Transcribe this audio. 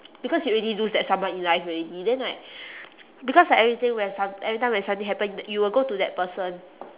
because you already lose that someone in life already then like because like everything when some~ every time when something happen tha~ you will go to that person